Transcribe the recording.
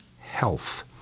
health